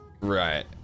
Right